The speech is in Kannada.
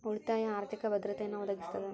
ಉಳಿತಾಯ ಆರ್ಥಿಕ ಭದ್ರತೆಯನ್ನ ಒದಗಿಸ್ತದ